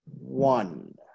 one